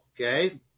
Okay